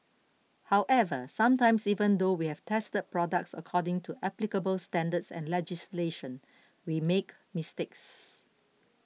however sometimes even though we have tested products according to applicable standards and legislation we make mistakes